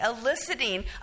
eliciting